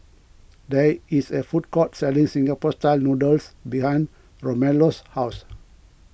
there is a food court selling Singapore Style Noodles behind Romello's house